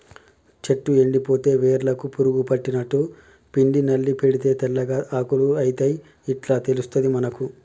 చెట్టు ఎండిపోతే వేర్లకు పురుగు పట్టినట్టు, పిండి నల్లి పడితే తెల్లగా ఆకులు అయితయ్ ఇట్లా తెలుస్తది మనకు